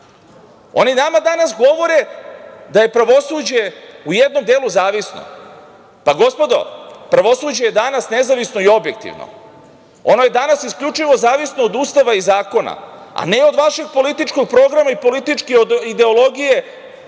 nama danas govore da je pravosuđe u jednom delu zavisno. Gospodo, pravosuđe je danas nezavisno i objektivno. Ono je danas isključivo zavisno od Ustava i zakona, a ne od vašeg političkog programa i političke ideologije